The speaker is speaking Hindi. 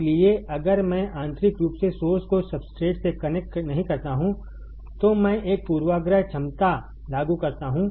इसलिए अगर मैं आंतरिक रूप से सोर्स को सब्सट्रेट से कनेक्ट नहीं करता हूं तो मैं एक पूर्वाग्रह क्षमता लागू करता हूं